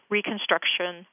Reconstruction